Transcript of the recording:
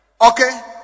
okay